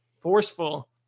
forceful